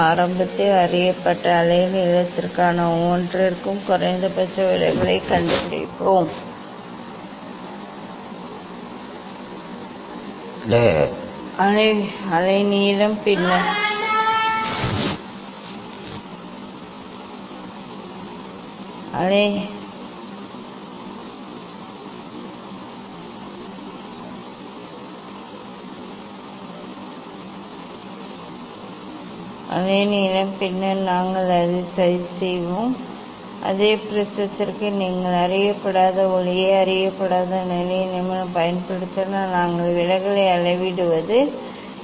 ஆரம்பத்தில் அறியப்பட்ட அலைநீளத்திற்கு ஒவ்வொன்றிற்கும் குறைந்தபட்ச விலகலைக் கண்டுபிடிப்போம் அலைநீளம் பின்னர் நாங்கள் அதை சதி செய்வோம் அதே ப்ரிஸத்திற்கு நீங்கள் அறியப்படாத ஒளியை அறியப்படாத அலைநீளம் பயன்படுத்தினால் நாங்கள் விலகலை அளவிடுவோம்